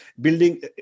building